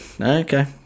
Okay